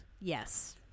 yes